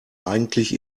eigentlich